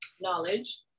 Knowledge